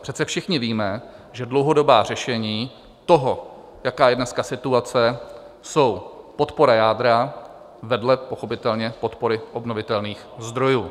Přece všichni víme, že dlouhodobá řešení toho, jaká je dneska situace, jsou podpora jádra pochopitelně vedle podpory obnovitelných zdrojů.